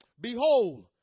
Behold